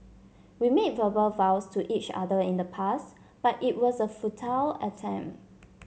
we made verbal vows to each other in the past but it was a futile attempt